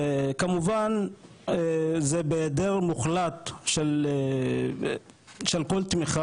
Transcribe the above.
שכמובן זה בהיעדר מוחלט של כל תמיכה